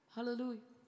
Hallelujah